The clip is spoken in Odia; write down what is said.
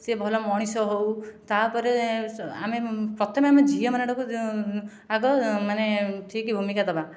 ସେ ଭଲ ମଣିଷ ହେଉ ତା'ପରେ ଆମେ ପ୍ରଥମେ ଆମେ ଝିଅ ମାନଟାକୁ ଆଗ ମାନେ ଠିକ ଭୂମିକା ଦେବା